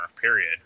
period